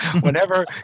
whenever